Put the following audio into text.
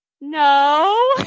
No